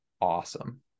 awesome